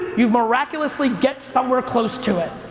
you miraculously get somewhere close to it.